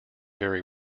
very